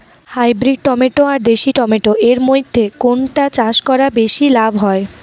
Hybrid tomato আর দেশি tomato এর মইধ্যে কোনটা চাষ করা বেশি লাভ হয়?